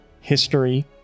History